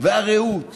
והרעוּת